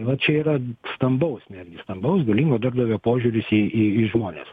va čia yra stambaus netgi stambaus galingo darbdavio požiūris į į žmones